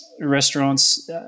restaurants